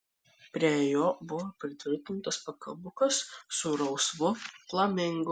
prie jo buvo pritvirtintas pakabukas su rausvu flamingu